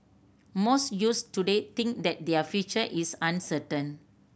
most youths today think that their future is uncertain